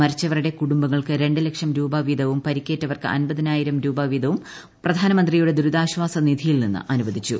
മരിച്ചവരുടെ കുടുംബങ്ങൾക്ക് രണ്ട് ലക്ഷം രൂപ വീതവും പരിക്കേറ്റവർക്ക് അൻപതിനായിരം രൂപ വീതവും പ്രധാനമന്ത്രിയുടെ ദുരിക്ക്ക്വാസ നിധിയിൽ നിന്ന് അനുവദിച്ചു